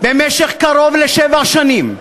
"במשך קרוב לשבע שנים,